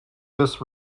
this